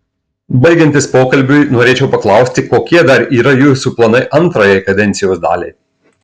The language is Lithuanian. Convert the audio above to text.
baigiantis pokalbiui norėčiau paklausti kokie dar yra jūsų planai antrajai kadencijos daliai